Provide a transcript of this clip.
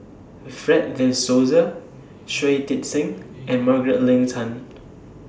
Fred De Souza Shui Tit Sing and Margaret Leng Tan